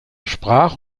sprach